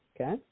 okay